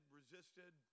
resisted